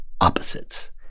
opposites